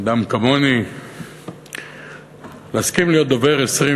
לאדם כמוני להסכים להיות הדובר ה-20